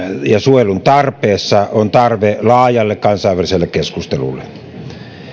ja suojelun tarpeessa on tarve laajalle kansainväliselle keskustelulle